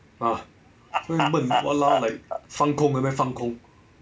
ah 闷闷 !walao! like 放空 like that 放空